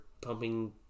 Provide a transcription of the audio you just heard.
pumping